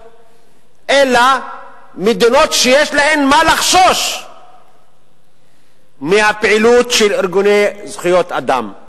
אלא מדינות שיש להן מה לחשוש מהפעילות של ארגוני זכויות אדם.